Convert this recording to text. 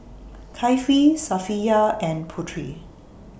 Kefli Safiya and Putri